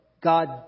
God